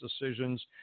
decisions